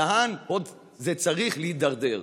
לאן זה עוד צריך להידרדר?